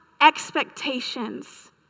expectations